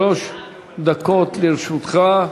שלוש דקות לרשותך.